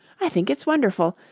i think it's wonderful.